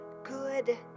good